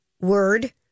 word